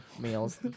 meals